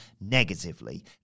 negatively